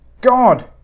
god